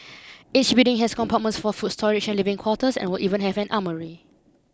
each building has compartments for food storage and living quarters and would even have an armoury